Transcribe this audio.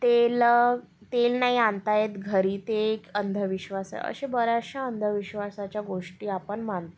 तेल तेल नाही आणता येत घरी ते एक अंधविश्वास आहे अश्या बऱ्याचशा अंधविश्वासाच्या गोष्टी आपण मानतो